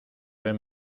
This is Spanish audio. ven